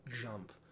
jump